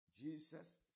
Jesus